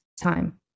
time